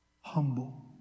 humble